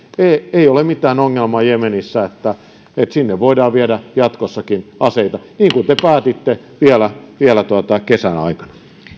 ei ole mitään ongelmaa jemenissä että sinne voidaan viedä jatkossakin aseita niin kuin te päätitte vielä vielä kesän aikana